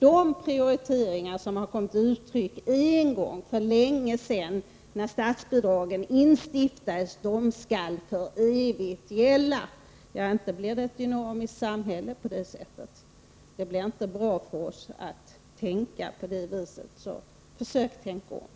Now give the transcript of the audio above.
De prioriteringar som har kommit till uttryck en gång för länge sedan när statsbidragen instiftades skall för evigt gälla, anser Paul Jansson. Ja, inte blir det ett dynamiskt samhälle på det sättet. Försök att tänka om!